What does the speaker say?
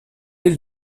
est